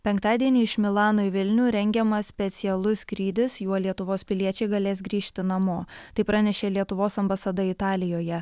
penktadienį iš milano į vilnių rengiamas specialus skrydis juo lietuvos piliečiai galės grįžti namo tai pranešė lietuvos ambasada italijoje